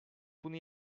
bunu